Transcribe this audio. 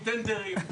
עם טנדרים,